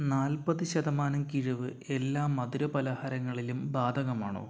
നാൽപ്പത് ശതമാനം കിഴിവ് എല്ലാ മധുരപലഹാരങ്ങളിലും ബാധകമാണോ